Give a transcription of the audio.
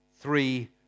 three